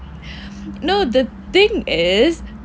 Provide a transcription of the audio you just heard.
no the thing is